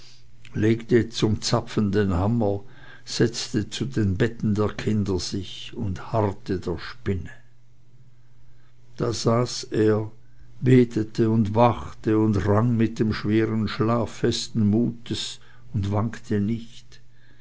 legte zum zapfen den hammer setzte zu den betten der kinder sich und harrte der spinne da saß er betete und wachte und rang mit dem schweren schlaf festen mutes und wankte nicht